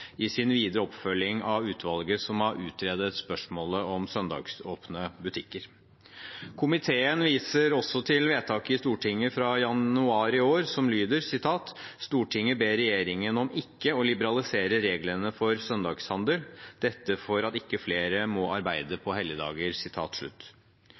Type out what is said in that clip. i sin videre oppfølging av utvalget som har utredet spørsmålet om søndagsåpne butikker. Komiteen viser også til vedtaket i Stortinget fra januar i år som lyder: «Stortinget ber regjeringen om ikke å liberalisere reglene for søndagshandel. Dette for at ikke flere må arbeide